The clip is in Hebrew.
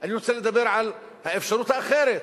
אני רוצה לדבר על האפשרות האחרת,